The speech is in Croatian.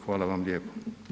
Hvala vam lijepo.